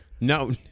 No